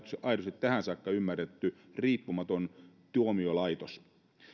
aidosti tähän saakka ymmärretty riippumaton tuomiolaitos